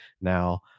now